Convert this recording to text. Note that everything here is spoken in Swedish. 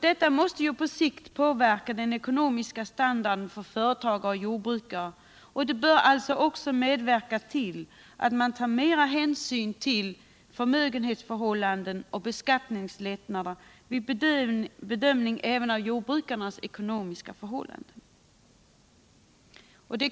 Detta måste på sikt påverka den ekonomiska standarden för företagare och jordbrukare och bör alltså även medverka till att man tar större hänsyn till förmögenhetsförhållanden och beskattningslättnader också vid bedömningen av jordbrukarnas ekonomiska förhållanden.